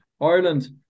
Ireland